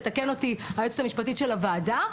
תתקן אותי היועצת המשפטית של הוועדה